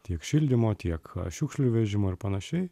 tiek šildymo tiek šiukšlių vežimo ir panašiai